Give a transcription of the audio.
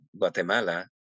Guatemala